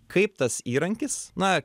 kaip tas įrankis na